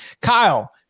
Kyle